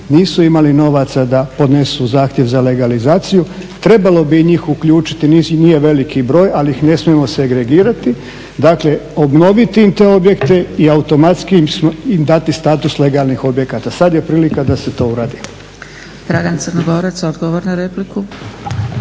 Nisu imali novaca da podnesu zahtjev za legalizaciju. Trebalo bi i njih uključiti, njih je veliki broj ali ih ne smijemo segregirati. Dakle, obnoviti im te objekte i automatski im dati status legalnih objekata. Sad je prilika da se to uradi. **Zgrebec, Dragica